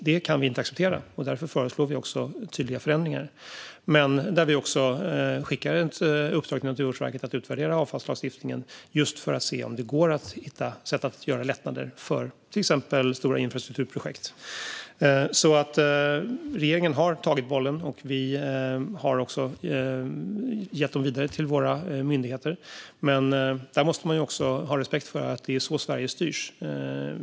Det kan vi inte acceptera, och därför föreslår vi också tydliga förändringar. Vi skickar även ett uppdrag till Naturvårdsverket att utvärdera avfallslagstiftningen just för att se om det går att hitta sätt att göra lättnader för till exempel stora infrastrukturprojekt. Regeringen har alltså tagit bollen, och vi har också gett den vidare till våra myndigheter. Vi måste dock ha respekt för att det är så Sverige styrs.